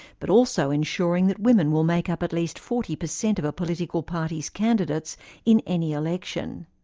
but also ensuring that women will make up at least forty percent of a political party's candidates in any election.